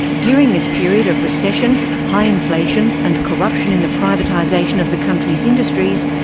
during this period of recession, high inflation and corruption in the privatisation of the country's industries,